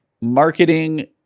marketing